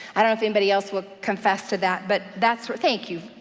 i don't know if anybody else will confess to that, but that's where, thank you.